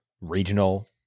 regional